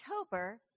October